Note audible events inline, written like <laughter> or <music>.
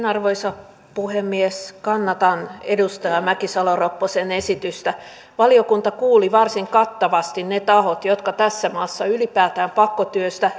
<unintelligible> arvoisa puhemies kannatan edustaja mäkisalo ropposen esitystä valiokunta kuuli varsin kattavasti ne tahot jotka tässä maassa ylipäätään pakkotyöstä <unintelligible>